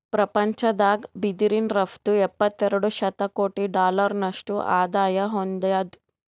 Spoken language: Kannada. ಪ್ರಪಂಚದಾಗ್ ಬಿದಿರಿನ್ ರಫ್ತು ಎಪ್ಪತ್ತೆರಡು ಶತಕೋಟಿ ಡಾಲರ್ನಷ್ಟು ಆದಾಯ್ ಹೊಂದ್ಯಾದ್